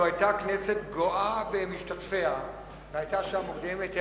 לו היתה הכנסת גואה במשתתפיה והיתה השעה מוקדמת,